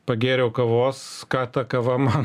pagėriau kavos ką ta kava man